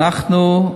אנחנו,